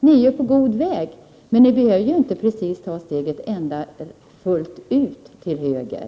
Ni är på god väg, men ni behöver ju inte ta steget fullt ut till höger.